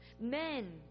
men